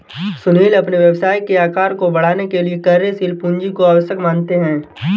सुनील अपने व्यवसाय के आकार को बढ़ाने के लिए कार्यशील पूंजी को आवश्यक मानते हैं